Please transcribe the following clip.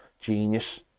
genius